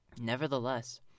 Nevertheless